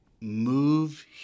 move